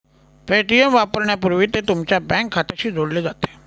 Paytm वापरण्यापूर्वी ते तुमच्या बँक खात्याशी जोडले जाते